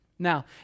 Now